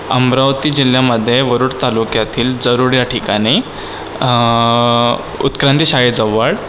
अमरावती जिल्ह्यामध्ये वरुड तालुक्यातील जरुड या ठिकाणी उत्क्रांती शाळेजवळ